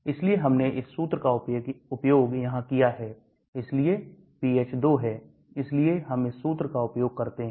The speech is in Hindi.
इसलिए हमने इस सूत्र का उपयोग यहां किया है इसलिए pH 2 हैं इसलिए हम इस सूत्र का उपयोग करते हैं